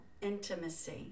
intimacy